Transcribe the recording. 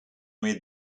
with